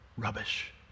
rubbish